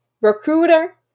Recruiter